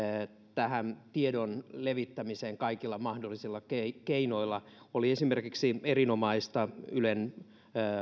tähän tiedon levittämiseen kaikilla mahdollisilla keinoilla oli esimerkiksi erinomaista ylen